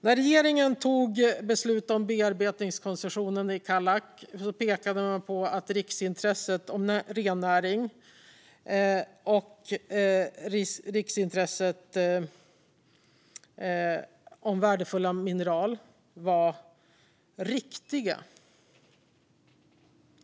När regeringen tog beslutet om bearbetningskoncessionen i Kallak pekade man på att riksintresset om rennäring och riksintresset om värdefulla mineral var riktiga.